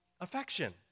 affection